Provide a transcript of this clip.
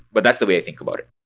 but that's the way i think about it.